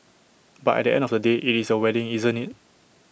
but at the end of the day IT is your wedding isn't IT